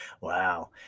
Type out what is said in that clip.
Wow